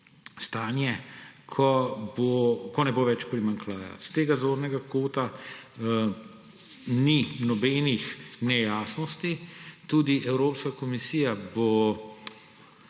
stanja, ko ne bo več primanjkljaja. S tega zornega kota ni nobenih nejasnosti. Tudi Evropska komisija bo